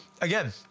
Again